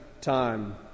time